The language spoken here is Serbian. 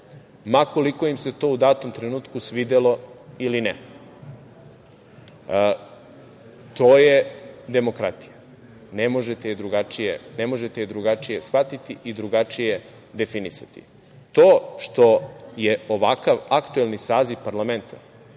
ma koliko im se to u datom trenutku svidelo ili ne. To je demokratija. Ne možete je drugačije shvatiti i drugačije definisati. To što je ovakav aktuelni saziv parlamenta,